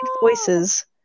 Voices